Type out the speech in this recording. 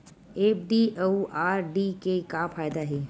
FD अउ RD के का फायदा हे?